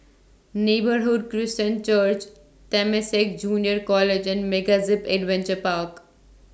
Neighbourhood Christian Church Temasek Junior College and Mega Zip Adventure Park